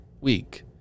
week